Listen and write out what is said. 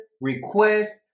request